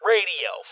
Radio